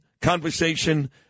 conversation